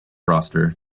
roster